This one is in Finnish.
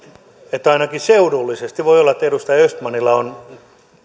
että ainakin seudullisesti voi olla että edustaja östmanilla on